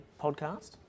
podcast